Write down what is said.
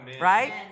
Right